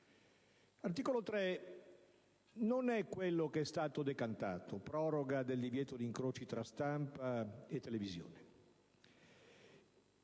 L'articolo 3 non è quello che è stato decantato, ossia proroga del divieto di incroci tra stampa e televisione.